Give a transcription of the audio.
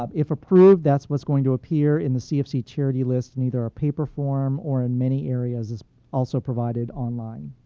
um if approved, that's what's going to appear in the cfc charity list in either our paper paper form or in many areas is also provided online.